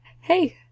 hey